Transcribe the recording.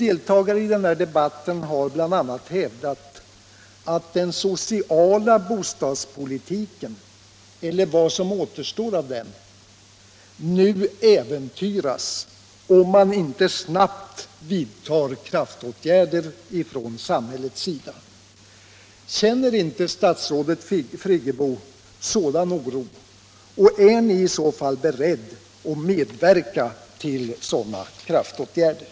Deltagare i debatten har bl.a. hävdat att den sociala bostadspolitiken eller vad som återstår av den nu äventyras om man inte snabbt vidtar kraftåtgärder från samhällets sida. Känner inte statsrådet sådan oro och är ni inte beredd att medverka till föreslagna kraftåtgärder?